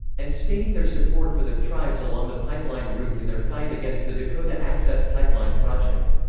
and stating their support for the tribes along the pipeline route in their fight against the dakota access pipeline project.